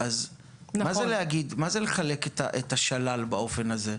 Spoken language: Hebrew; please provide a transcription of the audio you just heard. אז מה זה לחלק את השלל באופן הזה?